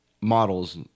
models